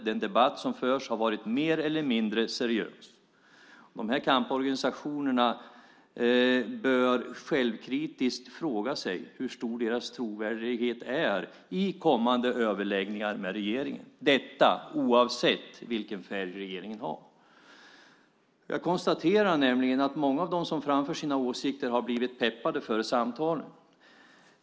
Den debatt som förs har varit mer eller mindre seriös. De här kamporganisationerna bör självkritiskt fråga sig hur stor deras trovärdighet är i kommande överläggningar med regeringen - detta oavsett vilken färg regeringen har. Jag konstaterar nämligen att många av dem som framför sina åsikter har blivit peppade före samtalen.